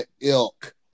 ilk